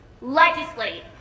Legislate